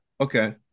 okay